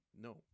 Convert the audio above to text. no